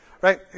right